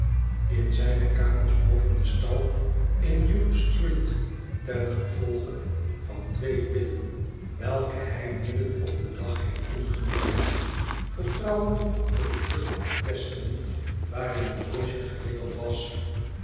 in zijne kamers boven den stal in duke street ten gevolge van twee pillen welke hij midden op den dag heeft ingenomen vertrouwende op de gedrukte attesten waarin het doosje gewikkeld was